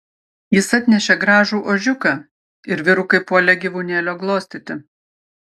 jis atnešė gražų ožiuką ir vyrukai puolė gyvūnėlio glostyti